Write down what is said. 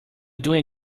doing